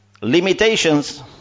limitations